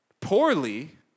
poorly